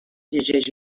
llegeix